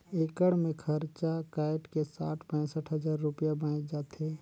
एकड़ मे खरचा कायट के साठ पैंसठ हजार रूपिया बांयच जाथे